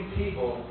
people